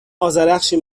آذرخشی